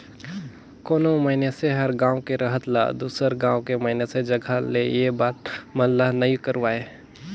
कोनो मइनसे हर गांव के रहत ल दुसर गांव के मइनसे जघा ले ये बता मन ला नइ करवाय